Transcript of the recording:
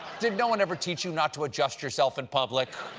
did no one ever teach you not to adjust yourself in public?